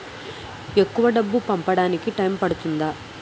ఎక్కువ డబ్బు పంపడానికి టైం పడుతుందా?